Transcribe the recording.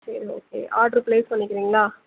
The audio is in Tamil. சரி ஓகே ஆட்ரு ப்ளேஸ் பண்ணிக்கிறிங்களா